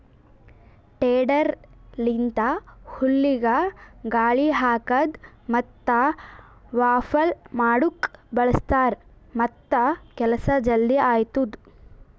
tedder ಲಿಂತ ಹುಲ್ಲಿಗ ಗಾಳಿ ಹಾಕದ್ ಮತ್ತ ವಾಫಲ್ ಮಾಡುಕ್ ಬಳ್ಸತಾರ್ ಮತ್ತ ಕೆಲಸ ಜಲ್ದಿ ಆತ್ತುದ್